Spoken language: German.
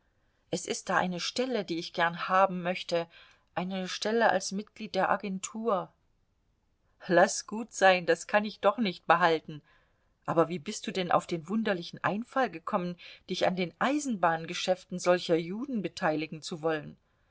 es ist da eine stelle die ich gern haben möchte eine stelle als mitglied der agentur laß gut sein das kann ich doch nicht behalten aber wie bist du denn auf den wunderlichen einfall gekommen dich an den eisenbahngeschäften solcher juden beteiligen zu wollen